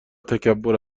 تکبر